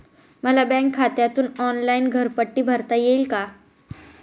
मला बँक खात्यातून ऑनलाइन घरपट्टी भरता येईल का?